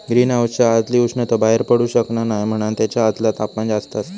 green हाउसच्या आतली उष्णता बाहेर पडू शकना नाय म्हणान तेच्या आतला तापमान जास्त असता